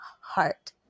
heart